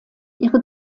ihre